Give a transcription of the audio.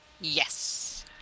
Yes